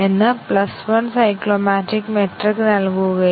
ഇപ്പോൾ ഈ സാങ്കേതികവിദ്യ നന്നായി മനസിലാക്കാൻ മറ്റൊരു ഉദാഹരണം നോക്കാം